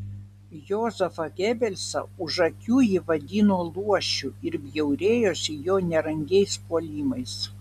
jozefą gebelsą už akių ji vadino luošiu ir bjaurėjosi jo nerangiais puolimais